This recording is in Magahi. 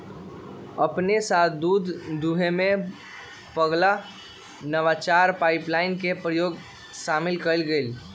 अपने स दूध दूहेमें पगला नवाचार पाइपलाइन के प्रयोग शामिल कएल गेल